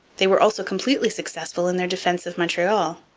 they were also completely successful in their defence of montreal.